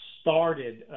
started